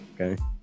Okay